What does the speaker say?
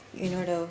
you know though